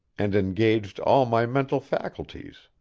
and engaged all my mental faculties.